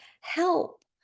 help